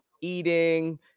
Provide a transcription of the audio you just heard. eating